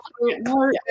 More